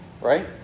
Right